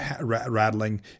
rattling